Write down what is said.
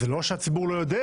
זה לא שהציבור לא יודע,